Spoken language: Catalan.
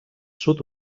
sud